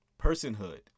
personhood